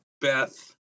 Beth